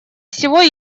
всего